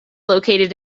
located